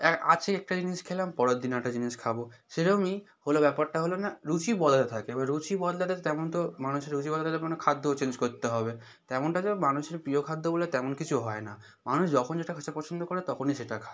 অ্যাঁ আজকে একটা জিনিস খেলাম পরের দিন আরেকটা জিনিস খাব সেরমই হল ব্যাপারটা হল না রুচি বদলাতে থাকে এবার রুচি বদলালে তেমন তো মানুষের রুচি বদলালে মানে খাদ্যও চেঞ্জ করতে হবে তেমনটা তো মানুষের প্রিয় খাদ্য বলে তেমন কিছু হয় না মানুষ যখন যেটা খেতে পছন্দ করে তখনই সেটা খায়